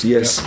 Yes